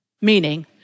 meaning